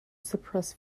suppress